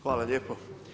Hvala lijepo.